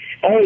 Hey